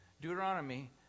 Deuteronomy